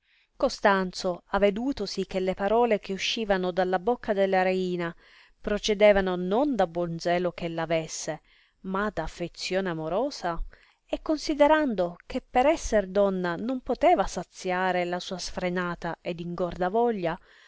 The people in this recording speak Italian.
costanzo avedutosi che le parole che uscivano dalla bocca della reina procedevano non da buon zelo eh ella avesse ma da affezione amorosa e considerando che per esser donna non poteva saziare la sua sfrenata ed ingorda voglia